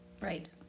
Right